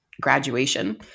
graduation